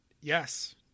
Yes